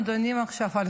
תודה רבה,